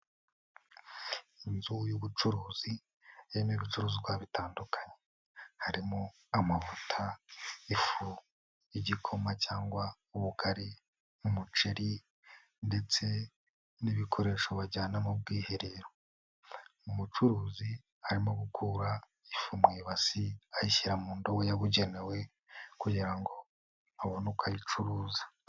Inzu y'ubucuruzi, irimo ibicuruzwa bitandukanye, harimo amavuta, ifu y'igikoma cyangwa ubugari, umuceri ndetse n'ibikoresho bajyana mu bwiherero, umucuruzi arimo gukura ifu mu ibasi, ayishyira mu ndobo yabugenewe kugira ngo abone uko ayicuruza.